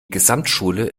gesamtschule